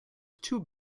two